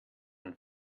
und